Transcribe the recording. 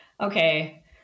Okay